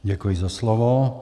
Děkuji za slovo.